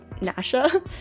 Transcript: nasha